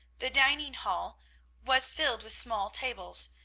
the dining-hall was filled with small tables,